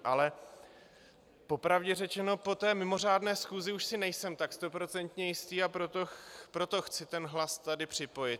Ale po pravdě řečeno, po té mimořádné schůzi už si nejsem tak stoprocentně jistý, a proto chci ten hlas tady připojit.